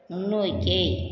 முன்னோக்கி